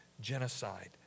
genocide